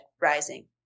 rising